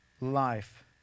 life